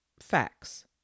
facts